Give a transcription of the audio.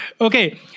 Okay